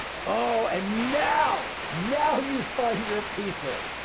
ah and now, now you find your people.